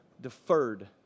deferred